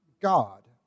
God